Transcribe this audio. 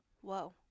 whoa